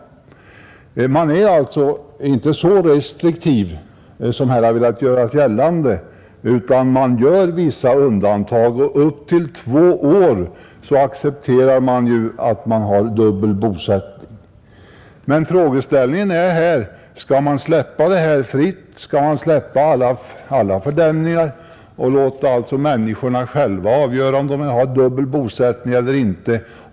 Skattemyndigheterna är alltså inte så restriktiva som här har gjorts gällande, utan man gör vissa undantag. Avdrag för dubbel bosättning beviljas upp till två år. Frågeställningen här är: Skall man släppa alla fördämningar på detta område och låta människorna avgöra om de vill ha dubbel bosättning eller inte?